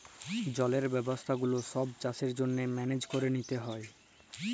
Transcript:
জলের ব্যবস্থা গুলা ছব চাষের জ্যনহে মেলেজ ক্যরে লিতে হ্যয়